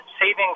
savings